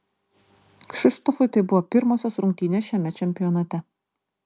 kšištofui tai buvo pirmosios rungtynės šiame čempionate